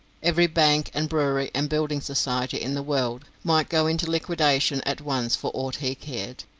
every bank, and brewery, and building society in the world might go into liquidation at once for aught he cared.